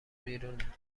بیرونه